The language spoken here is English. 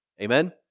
Amen